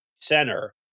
center